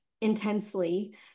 intensely